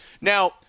Now